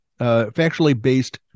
factually-based